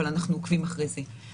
אבל אנחנו עוקבים אחרי זה.